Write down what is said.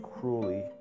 cruelly